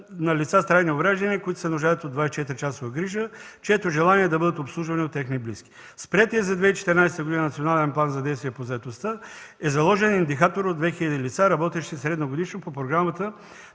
на лица с трайни увреждания, които се нуждаят от 24-часова грижа, чието желание е да бъдат обслужвани от техни близки. С приетия за 2014 г. Национален план за действие по заетостта е заложен индикатор от 2000 лица, работещи средногодишно по Програмата